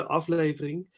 aflevering